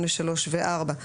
8(3) ו-(4),